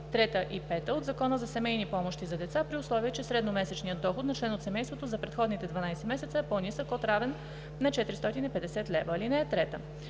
2, 3 и 5 от Закона за семейни помощи за деца, при условие че средномесечният доход на член от семейството за предходните 12 месеца е по-нисък или равен на 450 лв. (3) При